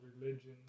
religion